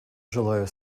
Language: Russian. желаю